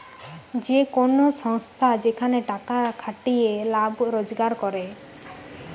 যে কোন সংস্থা যেখানে টাকার খাটিয়ে লাভ রোজগার করে